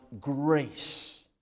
grace